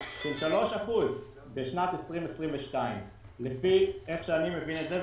של 3% בשנת 2022 לפי איך שאני מבין את זה.